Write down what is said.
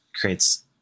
creates